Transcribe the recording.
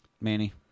Manny